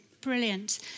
Brilliant